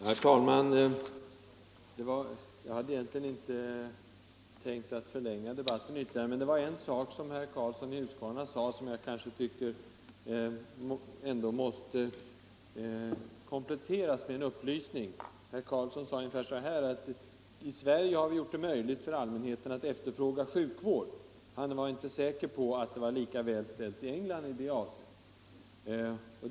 Herr talman! Jag hade egentligen inte tänkt förlänga debatten ytterligare, men ett yttrande som herr Karlsson i Huskvarna fällde tycker jag ändå måste kompletteras med en upplysning. Herr Karlsson sade ungefär att vi i Sverige har gjort det möjligt för allmänheten att efterfråga sjukvård. Han var inte säker på att det är lika väl ställt i England i det avseendet.